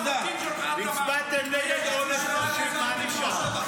--- הצבעתם נגד אונס --- מה נשאר?